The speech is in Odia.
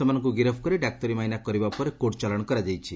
ସେମାନଙ୍କୁ ଗିରଫ କରି ଡାକ୍ତରୀମାଇନା କରିବା ପରେ କୋର୍ଚ ଚାଲାଶ କରାଯାଇଛି